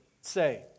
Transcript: say